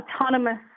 autonomous